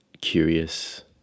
curious